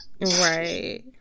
right